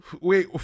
Wait